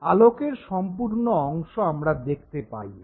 আলোকের সম্পূর্ণ অংশ আমরা দেখতে পাইনা